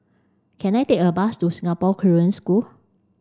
can I take a bus to Singapore Korean School